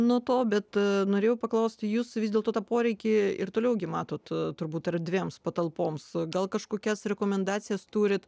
nuo to bet norėjau paklausti jūs vis dėlto tą poreikį ir toliau gi matot turbūt erdvėms patalpoms gal kažkokias rekomendacijas turit